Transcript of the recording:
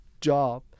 job